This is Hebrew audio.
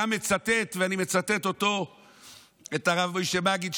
אני מצטט את הרב משה מגיד,